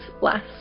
last